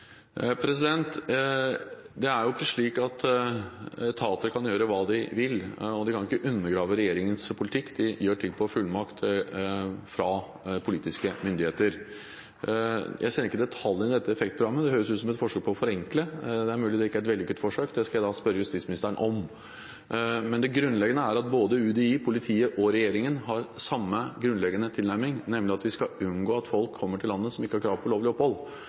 Det er jo ikke slik at etater kan gjøre hva de vil, og de kan ikke undergrave regjeringens politikk. De gjør ting etter fullmakt fra politiske myndigheter. Jeg kjenner ikke detaljene i dette EFFEKT-programmet. Det høres ut som et forsøk på å forenkle. Det er mulig det ikke er et vellykket forsøk. Det skal jeg spørre justisministeren om. Men det grunnleggende er at både UDI, politiet og regjeringen har samme tilnærming: Vi skal unngå at folk som ikke har krav på lovlig opphold, kommer til landet. Folk som er her uten lovlig opphold,